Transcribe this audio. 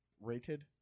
Rated